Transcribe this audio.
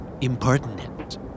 Impertinent